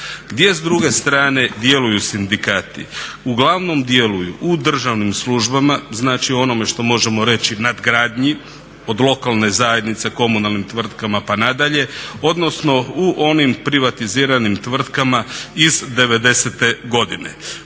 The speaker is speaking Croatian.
Gdje s druge strane djeluju sindikati? Uglavnom djeluju u državnim službama, znači onome što možemo reći nadgradnji od lokalne zajednice, komunalnim tvrtkama pa nadalje, odnosno u onim privatiziranim tvrtkama iz '90.-te godine.